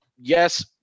yes